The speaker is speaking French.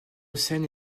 scènes